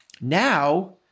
now